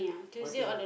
what thing